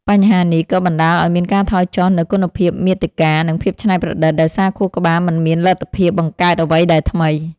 បញ្ហានេះ ក៏បណ្ដាលឱ្យមានការថយចុះនូវគុណភាពមាតិកា និងភាពច្នៃប្រឌិត ដោយសារខួរក្បាលមិនមានលទ្ធភាពបង្កើតអ្វីដែលថ្មី។